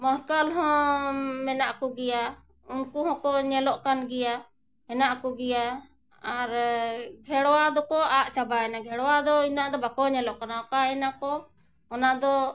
ᱢᱚᱦᱠᱟᱞ ᱦᱚᱸ ᱢᱮᱱᱟᱜ ᱠᱚᱜᱮᱭᱟ ᱩᱱᱠᱩ ᱦᱚᱸᱠᱚ ᱧᱮᱞᱚᱜ ᱠᱟᱱ ᱜᱮᱭᱟ ᱦᱮᱱᱟᱜ ᱠᱚᱜᱮᱭᱟ ᱟᱨ ᱜᱷᱮᱲᱣᱟ ᱫᱚᱠᱚ ᱟᱫ ᱪᱟᱵᱟᱭᱮᱱᱟ ᱜᱷᱮᱲᱣᱟ ᱫᱚ ᱤᱱᱟᱹᱜ ᱫᱚ ᱵᱟᱠᱚ ᱧᱮᱞᱚᱜ ᱠᱟᱱᱟ ᱚᱠᱟᱭ ᱱᱟᱠᱚ ᱚᱱᱟ ᱫᱚ